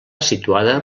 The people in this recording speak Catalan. situada